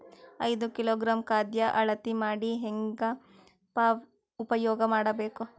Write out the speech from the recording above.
ಐದು ಕಿಲೋಗ್ರಾಂ ಖಾದ್ಯ ಅಳತಿ ಮಾಡಿ ಹೇಂಗ ಉಪಯೋಗ ಮಾಡಬೇಕು?